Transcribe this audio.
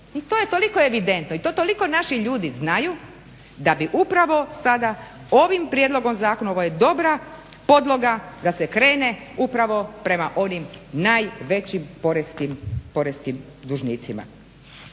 I to je toliko evidentno i to toliko naših ljudi znaju da bi upravo sada ovim prijedlogom zakona, ovo je dobra podloga da se krene upravo prema onim najvećim poreskim dužnicima.